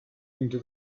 into